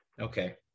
okay